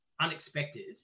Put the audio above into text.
unexpected